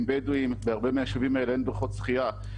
בדואים בהרבה מהיישובים האלה אין בריכות שחייה,